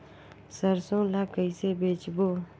सरसो ला कइसे बेचबो?